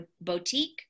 boutique